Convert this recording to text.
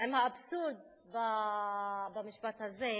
עם האבסורד במשפט הזה,